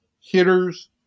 hitters